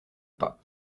pas